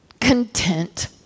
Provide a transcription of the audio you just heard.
content